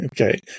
Okay